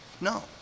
No